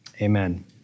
amen